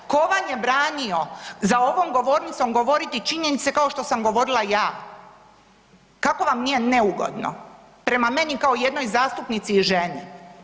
Tko vam je branio za ovom govornicom govoriti činjenice kao što sam govorila ja, kako vam nije neugodno prema meni kao jednoj zastupnici i ženi.